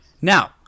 now